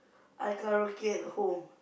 I karaoke at home